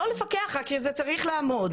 לא לפקח אבל זה צריך לעמוד.